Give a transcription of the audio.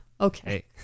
Okay